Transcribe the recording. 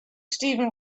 steven